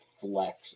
flex